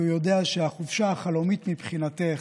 כי הוא יודע שהחופשה החלומית מבחינתך,